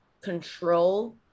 control